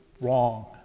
wrong